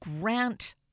grant